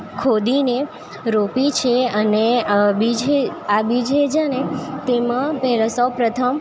ખોદીને રોપી છે અને બીજ એ આ બી જે છે ને તેમાં પેલા સૌપ્રથમ